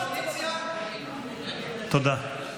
תודה.